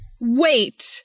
wait